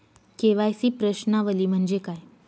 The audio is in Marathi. के.वाय.सी प्रश्नावली म्हणजे काय?